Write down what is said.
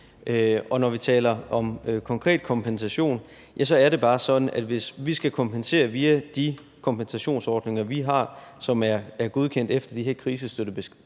Og når vi taler om konkret kompensation, er det bare sådan, at hvis vi skal kompensere via de kompensationsordninger, vi har, og som er godkendt efter de her krisestøttebestemmelser